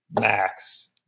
Max